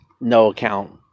no-account